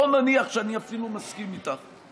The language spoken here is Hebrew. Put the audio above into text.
בואו נניח שאני אפילו מסכים איתך.